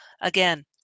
Again